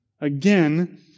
Again